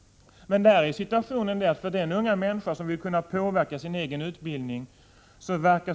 Men situationen är svår för den unga människa som vill kunna påverka sin egen utbildning.